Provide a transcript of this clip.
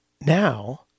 Now